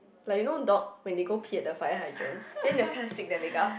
like you know dog when they go pee at the fire hydrant then they will kinda stick their leg up